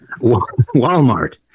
Walmart